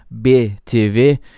BTV